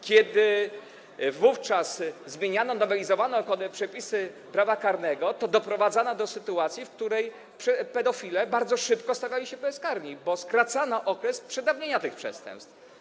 Kiedy wówczas zmieniano, nowelizowano przepisy prawa karnego, to doprowadzono do sytuacji, w której pedofile bardzo szybko stawali się bezkarni, bo skracano okres przedawnienia tych przestępstw.